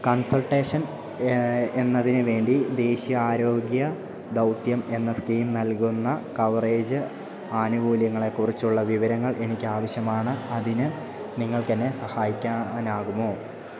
consultation എന്നതിനുവേണ്ടി ദേശീയ ആരോഗ്യ ദൗത്യം എന്ന സ്കീം നൽകുന്ന കവറേജ് ആനുകൂല്യങ്ങളെക്കുറിച്ചുള്ള വിവരങ്ങൾ എനിക്കാവശ്യമാണ് അതിന് നിങ്ങൾക്കെന്നെ സഹായിക്കാനാകുമോ